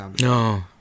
No